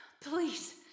Please